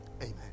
Amen